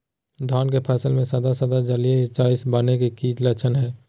धान के फसल में सादा सादा जाली जईसन बने के कि लक्षण हय?